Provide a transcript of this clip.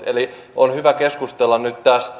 eli on hyvä keskustella nyt tästä